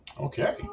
Okay